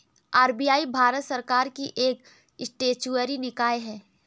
RBI Bharat सरकार की एक स्टेचुअरी निकाय है